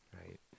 right